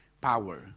power